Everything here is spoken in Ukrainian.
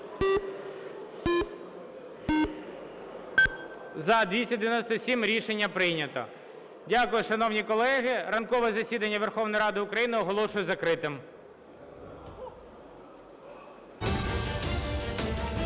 За-297 Рішення прийнято. Дякую, шановні колеги. Ранкове засідання Верховної Ради України оголошую закритим.